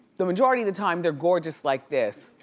the majority of the time they're gorgeous like this.